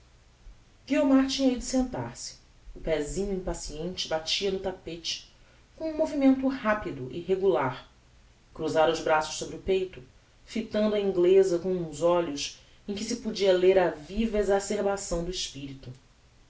guiomar tinha ido sentar-se o pésinho impaciente batia no tapete com um movimento rapido e regular cruzára os braços sobre o peito fitando a ingleza com uns olhos em que se podia ler a viva exacerbação do espirito